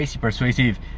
persuasive